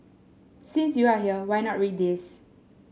since you are here why not read this